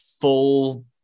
full